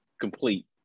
complete